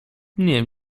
nie